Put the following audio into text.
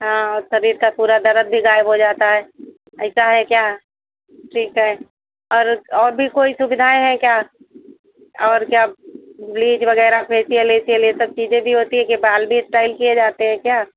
हाँ शरीर का पूरा दर्द भी ग़ायब हो जाता है ऐसा है क्या ठीक है और और भी कोई सुविधाएँ है क्या और क्या ब्लीज वग़ैरह फेसिअल यह सब चीज़ें भी होती हैं कि बाल भी स्टाइल किए जाते हैं क्या